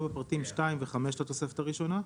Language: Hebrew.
יבוא "בפרטים 2 ו-5 לתוספת הראשונה".